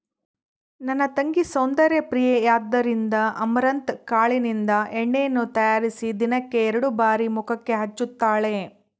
ನನ್ನ ತಂಗಿ ಸೌಂದರ್ಯ ಪ್ರಿಯೆಯಾದ್ದರಿಂದ ಅಮರಂತ್ ಕಾಳಿನಿಂದ ಎಣ್ಣೆಯನ್ನು ತಯಾರಿಸಿ ದಿನಕ್ಕೆ ಎರಡು ಬಾರಿ ಮುಖಕ್ಕೆ ಹಚ್ಚುತ್ತಾಳೆ